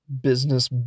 business